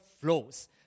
flows